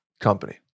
company